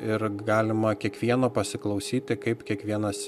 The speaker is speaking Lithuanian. ir galima kiekvieno pasiklausyti kaip kiekvienas